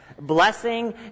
blessing